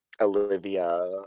Olivia